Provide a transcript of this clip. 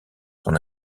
son